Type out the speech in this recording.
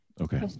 Okay